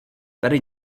tady